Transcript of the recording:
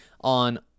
on